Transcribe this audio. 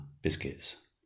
biscuits